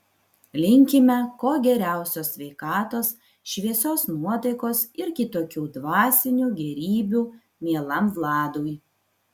linkime kuo geriausios sveikatos šviesios nuotaikos ir kitokių dvasinių gėrybių mielam vladui